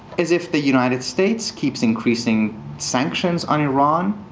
is if the united states keeps increasing sanctions on iran,